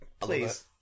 Please